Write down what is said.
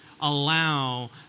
allow